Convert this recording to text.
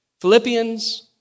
Philippians